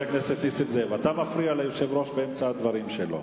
אתה מפריע ליושב-ראש באמצע הדברים שלו.